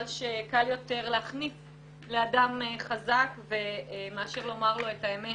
שקל יותר להחניף לאדם חזק מאשר לומר לו את האמת